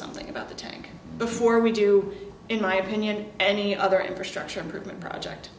something about the tank before we do in my opinion any other infrastructure improvement project